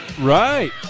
Right